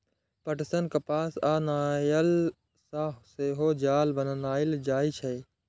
पटसन, कपास आ नायलन सं सेहो जाल बनाएल जाइ छै